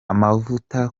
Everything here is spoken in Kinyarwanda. amavuta